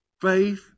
Faith